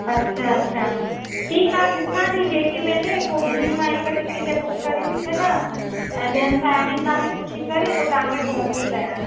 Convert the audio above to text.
अच्छा अच्छा ठीकु आहे ॾिसां थी जेकी मिले पोइ ॿिन्हिनि मां हिकु टिकेट बुक करे थी छॾां ऐं ॿियनि साहेड़ीनि खां बि पुछीं करे पोइ तव्हांखे फ़ोन थी कयां